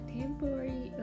temporary